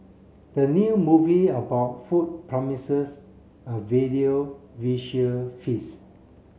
the new movie about food promises a value visual feast